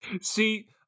See